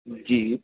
जी